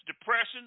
depression